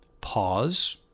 pause